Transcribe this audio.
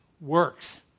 works